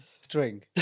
string